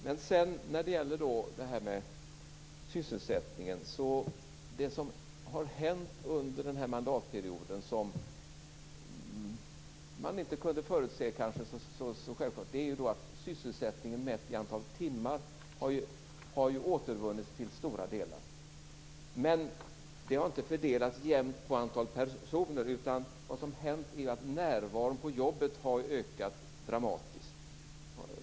Det som hänt i fråga om sysselsättningen under den här mandatperioden och som man kanske inte kunde förutse självklart är att sysselsättningen mätt i antal timmar har återvunnits till stora delar. Men det har inte fördelats jämnt på antal personer, utan vad som hänt är att närvaron på jobbet har ökat dramatiskt.